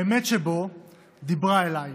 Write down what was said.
האמת שבו דיברה אליי